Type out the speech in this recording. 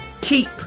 keep